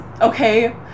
okay